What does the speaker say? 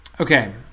Okay